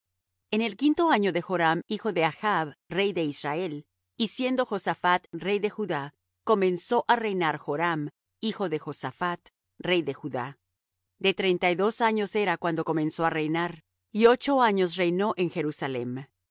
en el quinto año de joram hijo de achb rey de israel y siendo josaphat rey de judá comenzó á reinar joram hijo de josaphat rey de judá de treinta y dos años era cuando comenzó á reinar y ocho años reinó en jerusalem